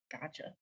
gotcha